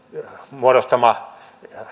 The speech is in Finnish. muodostama